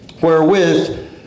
wherewith